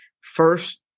first